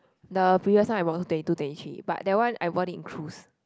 the previous one I bought also twenty two twenty three but that one I bought it in cruise